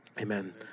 Amen